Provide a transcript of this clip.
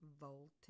Voltage